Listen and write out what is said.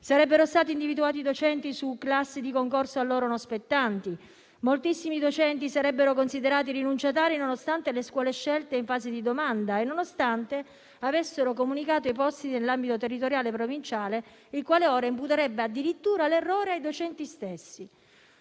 Sarebbero stati individuati docenti su classi di concorso a loro non spettanti; moltissimi sarebbero considerati rinunciatari, nonostante le scuole scelte in fase di domanda e nonostante avessero comunicato i posti dell'ambito territoriale provinciale, il quale ora imputerebbe addirittura a loro stessi